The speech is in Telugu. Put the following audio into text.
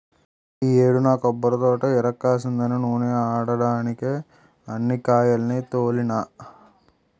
ఈ యేడు నా కొబ్బరితోట ఇరక్కాసిందని నూనే ఆడడ్డానికే అన్ని కాయాల్ని తోలినా